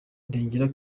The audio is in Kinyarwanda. ndengera